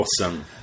Awesome